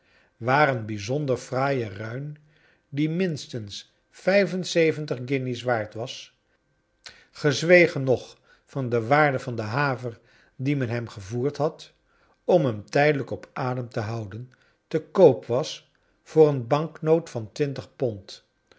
waar een bijzonder fraaie ruin die minstens vijf en zeventig guinjes waard was gezwegen nog van de waarde van de haver die men hem gevoerd had om hem tijdelrjk op adem te houden te koop was voor een banknoot van twintig pond